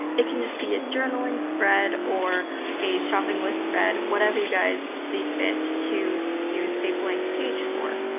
it can just be a journaling spread or a shopping list spread, whatever you guys see fit to use a blank page for.